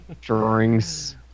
Drawings